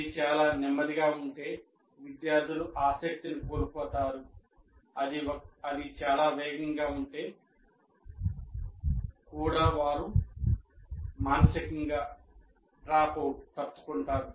ఇది చాలా నెమ్మదిగా ఉంటే విద్యార్థులు ఆసక్తిని కోల్పోతారు అది చాలా వేగంగా ఉంటే వారు కూడా మానసికంగా తప్పుకుంటారు